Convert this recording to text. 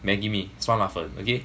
maggi mee 酸辣粉 okay